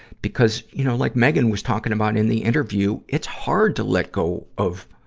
because, you know, like megan was talking about in the interview, it's hard to let go of,